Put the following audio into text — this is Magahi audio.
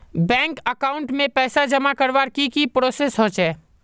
बैंक अकाउंट में पैसा जमा करवार की की प्रोसेस होचे?